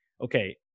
okay